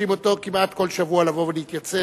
מבקשים ממנו כמעט כל שבוע לבוא ולהתייצב.